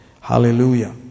Hallelujah